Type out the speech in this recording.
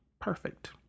perfect